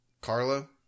Carlo